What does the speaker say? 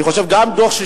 אני חושב שדוח-ששינסקי,